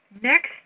next